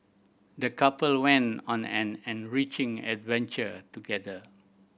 the couple went on an enriching adventure together